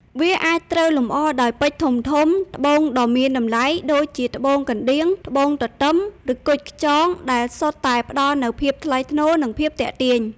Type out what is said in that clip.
វាអាចត្រូវលម្អដោយ ពេជ្រធំៗ ត្បូងដ៏មានតម្លៃ ដូចជាត្បូងកណ្តៀង ត្បូងទទឹម ឬ គុជខ្យង ដែលសុទ្ធតែផ្តល់នូវភាពថ្លៃថ្នូរ និងភាពទាក់ទាញ។